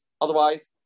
Otherwise